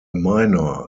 minor